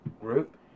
group